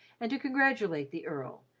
and to congratulate the earl,